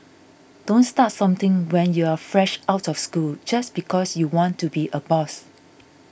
don't start something when you're fresh out of school just because you want to be a boss